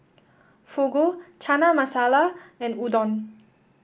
Fugu Chana Masala and Udon